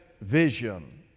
vision